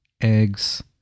eggs